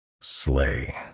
Slay